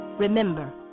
Remember